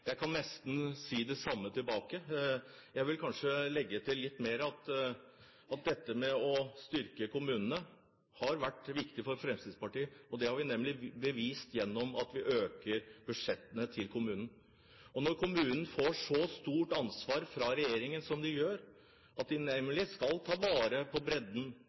jeg fikk av forrige replikant. Jeg kan nesten si det samme om igjen. Jeg vil kanskje legge til at det å styrke kommunene har vært viktig for Fremskrittspartiet. Det har vi nemlig bevist ved at vi øker budsjettene til kommunene. Når kommunene får et så stort ansvar av Regjeringen som de gjør – de skal ta vare på bredden,